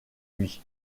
lui